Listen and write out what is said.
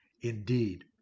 Indeed